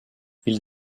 ils